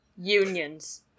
Unions